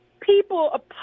people